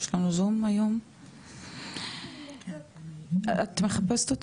יש לנו זום היום, היא לא נמצאת?